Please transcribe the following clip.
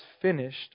finished